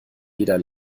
jeder